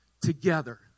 together